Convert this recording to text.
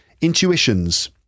Intuitions